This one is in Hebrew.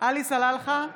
עלי סלאלחה,